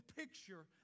picture